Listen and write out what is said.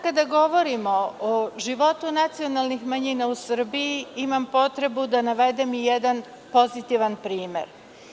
Kada govorimo o životu nacionalnih manjina u Srbiji, imam potrebu da navedem i jedan pozitivan primer.